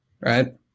right